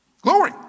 Glory